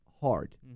hard